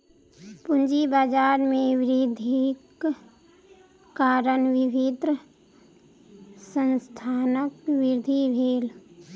पूंजी बाजार में वृद्धिक कारण विभिन्न संस्थानक वृद्धि भेल